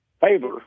favor